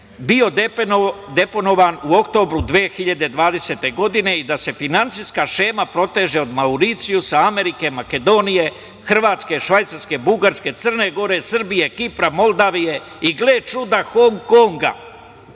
bio deponovan u oktobru 2020. godine i da se finansijska šema oteže od Mauricijusa, Amerike, Makedonije, Hrvatske, Švajcarske, Bugarske, Crne Gore, Srbije, Kipra, Moldavije i, gle čuda, Hong Konga? Ovo